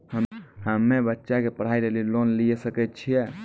हम्मे बच्चा के पढ़ाई लेली लोन लिये सकय छियै?